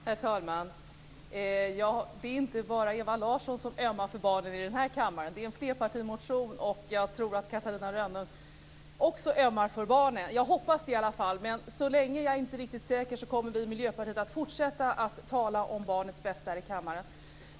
Herr talman! Det är inte bara Ewa Larsson i den här kammaren som ömmar för barnen. Det här är en flerpartimotion. Jag tror att Catarina Rönnung också ömmar för barnen. Jag hoppas det i alla fall. Men så länge jag inte är riktigt säker kommer vi i Miljöpartiet att fortsätta att tala om barnens bästa här i kammaren.